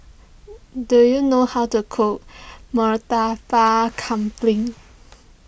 do you know how to cook Kambing